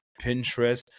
Pinterest